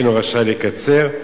אין רשאי לקצר,